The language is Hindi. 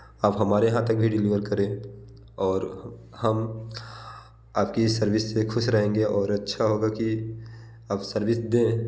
आप हमारे यहाँ तक भी डेलीवर करें और हम आप की सर्विस से ख़ुश रहेंगे और अच्छा होगा कि आप सर्विस दें